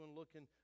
looking